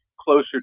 closer